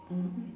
mmhmm